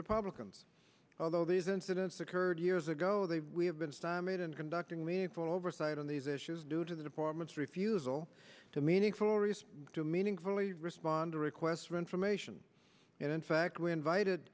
republicans although these incidents occurred years ago they have been stymied in conducting meaningful oversight on these issues due to the department's refusal to meaningful respond to meaningfully respond to requests for information and in fact we invited